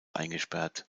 eingesperrt